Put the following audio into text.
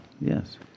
yes